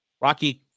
Rocky